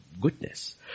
goodness